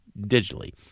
digitally